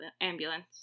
ambulance